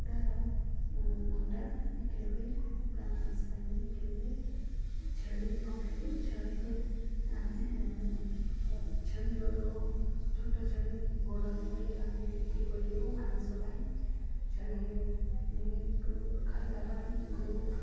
କୁକୁଡ଼ାର ଅଣ୍ଡା ବିକ୍ରୀ ହୁଏ କୁକୁଡ଼ା ମାଂସ ପାଇଁ ବି ବିକ୍ରୀ ହୁଏ ଛେଳି ରଖିକି ଛେଳିରେ ଆମେ ଛେଳିର ଛୋଟ ଛେଳି ବଡ଼ ହୋଇଗଲେ ତାଙ୍କୁ ବିକ୍ରୀ କରିଦେଉ ମାଂସ ପାଇଁ ଛେଳିଙ୍କୁ ଖାଇବା ପାଇଁ ଦେଉ